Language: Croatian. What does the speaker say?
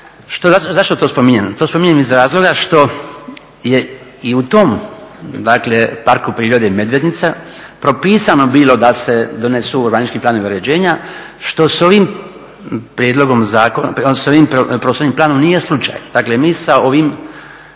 Zašto to spominjem, to spominjem iz razloga što je i u tom Parku prirode Medvednica propisano bilo da se donesi urbanistički planovi uređenja što s ovim prijedlogom, odnosno s ovim prostornim planom nije slučaj. Dakle, mi sa ovim